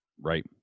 Right